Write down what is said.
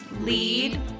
Lead